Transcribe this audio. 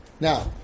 Now